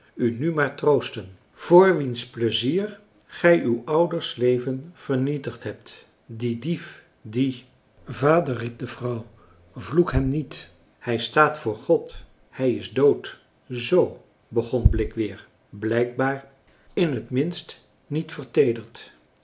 u nu maar troosten voor wiens pleizier gij uw ouders leven vernietigd hebt die dief die vader riep de vrouw vloek hem niet hij staat voor god hij is dood zoo begon blik weer blijkbaar in het minst niet verteederd